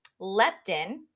leptin